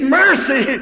mercy